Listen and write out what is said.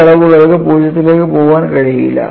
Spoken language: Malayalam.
ഈ അളവുകൾക്ക് 0 ലേക്ക് പോകാൻ കഴിയില്ല